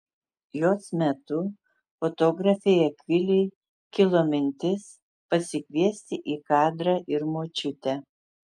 jos metu fotografei akvilei kilo mintis pasikviesti į kadrą ir močiutę